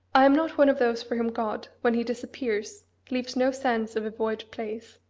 i am not one of those for whom god, when he disappears, leaves no sense of a void place.